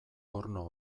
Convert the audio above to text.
porno